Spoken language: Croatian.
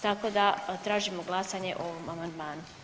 Tako da tražimo glasanje o ovom amandmanu.